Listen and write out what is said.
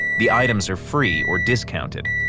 the items are free or discounted.